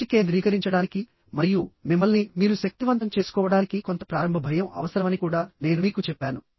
దృష్టి కేంద్రీకరించడానికి మరియు మిమ్మల్ని మీరు శక్తివంతం చేసుకోవడానికి కొంత ప్రారంభ భయం అవసరమని కూడా నేను మీకు చెప్పాను